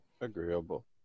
Agreeable